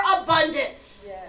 abundance